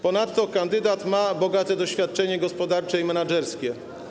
Ponadto kandydat ma bogate doświadczenie gospodarcze i menedżerskie.